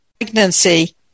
pregnancy